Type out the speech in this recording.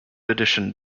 edition